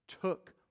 took